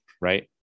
Right